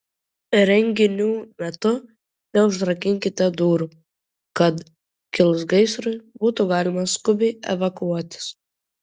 renginių metu neužrakinkite durų kad kilus gaisrui būtų galima skubiai evakuotis